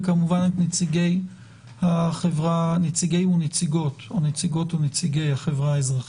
וכמובן את נציגי ונציגות או נציגות ונציגי החברה האזרחית.